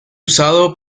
usado